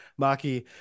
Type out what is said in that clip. maki